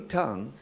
tongue